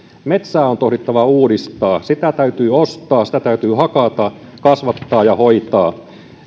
metsää on tohdittava uudistaa sitä täytyy ostaa sitä täytyy hakata kasvattaa ja hoitaa